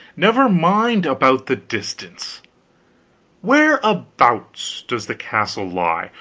never mind about the distance whereabouts does the castle lie?